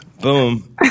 Boom